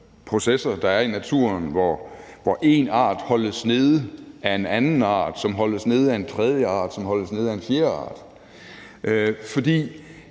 processer, der er i naturen, hvor én art holdes nede af en anden art, som holdes nede af en tredje art, som holdes nede af en fjerde art. For